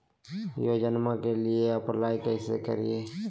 योजनामा के लिए अप्लाई कैसे करिए?